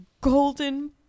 Golden